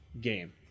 game